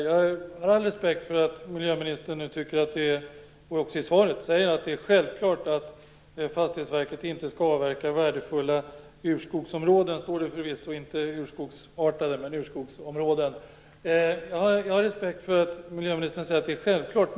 Jag har all respekt för att miljöministern nu tycker att det är självklart att Fastighetsverket inte skall avverka värdefulla urskogsområden. Det säger hon ju i svaret också. Jag har respekt för att miljöministern säger att det självklart.